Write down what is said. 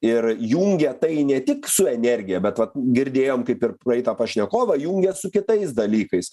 ir jungia tai ne tik su energija bet vat girdėjom kaip ir praeitą pašnekovą jungia su kitais dalykais